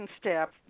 step